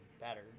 better